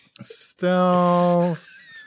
Stealth